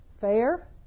fair